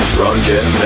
Drunken